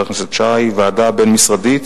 למה סח'נין לא התרחבו מזרחה.